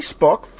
facebook